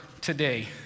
today